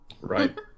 Right